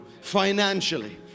financially